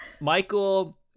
michael